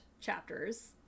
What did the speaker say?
chapters